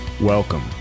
welcome